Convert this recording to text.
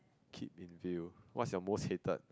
keep in view what is your most hated